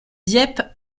dieppe